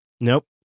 Nope